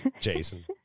Jason